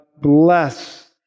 bless